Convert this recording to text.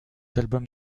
albums